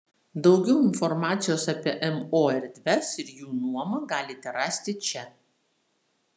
daugiau informacijos apie mo erdves ir jų nuomą galite rasti čia